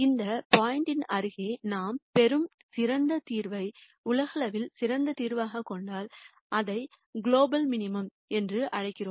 இந்த பாயிண்ட்யின் அருகே நாம் பெறும் சிறந்த தீர்வை உலகளவில் சிறந்த தீர்வாகக் கொண்டால் அதை குளோபல் மினிமம் ம் என்றும் அழைக்கிறோம்